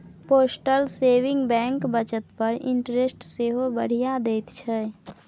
postal saving bank बचत पर interest सेहो बढ़ियाँ दैत छै